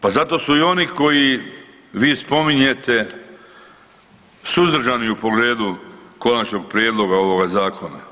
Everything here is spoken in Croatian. Pa zato su i oni koje vi spominjete suzdržani u pogledu konačnog prijedloga ovoga zakona.